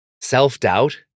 Self-doubt